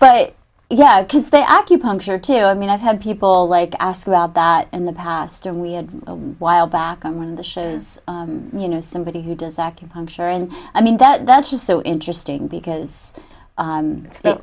but yeah because they acupuncture to you i mean i've had people like ask about that in the past and we had a while back on when the shows you know somebody who does acupuncture and i mean that that's just so interesting because